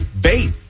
bait